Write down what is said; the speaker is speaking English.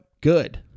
Good